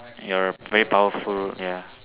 ya very powerful ya